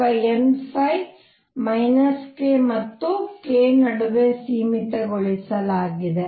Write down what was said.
ಅಥವಾ n k ಮತ್ತು k ನಡುವೆ ಸೀಮಿತಗೊಳಿಸಲಾಗಿದೆ